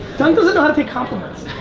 dunk doesn't know how to take compliments.